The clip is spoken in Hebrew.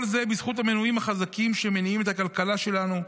כל זה בזכות המנועים החזקים שמניעים את הכלכלה שלנו,